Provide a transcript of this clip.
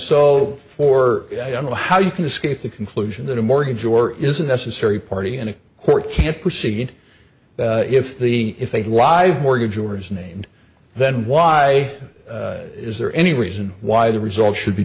so for i don't know how you can escape the conclusion that a mortgage or is a necessary party and a court can't proceed if the if they live mortgage or is named then why is there any reason why the result should be